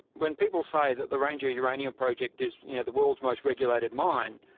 when people say that the ranger uranium project is you know the world's most regulated mine,